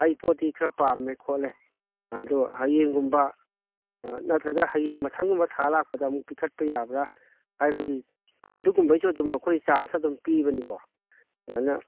ꯑꯩ ꯄꯣꯠꯇꯤ ꯈꯔ ꯄꯥꯝꯃꯦ ꯈꯣꯠꯂꯦ ꯑꯗꯣ ꯍꯌꯦꯡꯒꯨꯝꯕ ꯅꯠꯇ꯭ꯔꯒ ꯍꯌꯦꯡ ꯃꯊꯪꯒꯨꯝꯕ ꯊꯥ ꯂꯥꯛꯄꯗ ꯑꯃꯨꯛ ꯄꯤꯈꯠꯄ ꯌꯥꯕ꯭ꯔꯥ ꯍꯥꯏꯕꯒꯤ ꯑꯗꯨꯒꯨꯝꯕꯒꯤꯁꯨ ꯑꯗꯨꯝ ꯑꯩꯈꯣꯏ ꯆꯥꯟꯁ ꯑꯗꯨꯝ ꯄꯤꯕꯅꯤꯀꯣ ꯑꯗꯨꯃꯥꯏꯅ